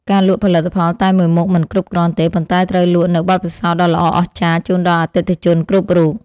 ការលក់ផលិតផលតែមួយមុខមិនគ្រប់គ្រាន់ទេ ប៉ុន្តែត្រូវលក់នូវបទពិសោធន៍ដ៏ល្អអស្ចារ្យជូនដល់អតិថិជនគ្រប់រូប។